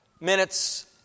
minutes